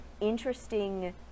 interesting